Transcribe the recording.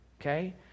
Okay